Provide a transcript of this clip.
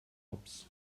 hops